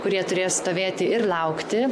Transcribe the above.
kurie turės stovėti ir laukti